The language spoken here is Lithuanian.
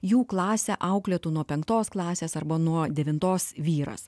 jų klasę auklėtų nuo penktos klasės arba nuo devintos vyras